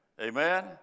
Amen